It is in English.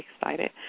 excited